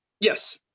Yes